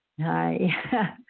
Hi